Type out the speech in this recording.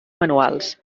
manuals